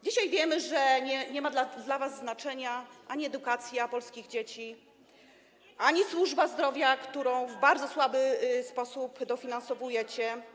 Dzisiaj wiemy, że nie ma dla was znaczenia ani edukacja polskich dzieci, ani służba zdrowia, którą w bardzo słaby sposób dofinansowujecie.